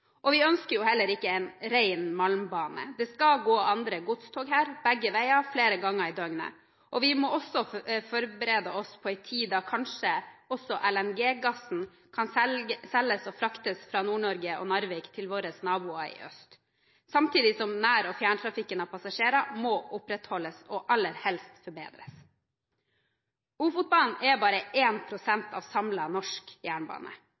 malmbane. Det skal gå andre godstog her – begge veier, flere ganger i døgnet. Vi må også forberede oss på en tid da kanskje også LNG kan selges og fraktes fra Nord-Norge og Narvik til våre naboer i øst, samtidig som nær- og fjerntrafikken av passasjerer må opprettholdes og aller helst forbedres. Ofotbanen er bare 1 pst. av samlet norsk jernbane.